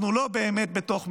אנחנו לא באמת בתוך מלחמה.